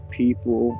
people